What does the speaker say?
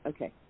Okay